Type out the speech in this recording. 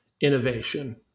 innovation